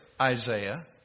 Isaiah